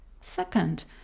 Second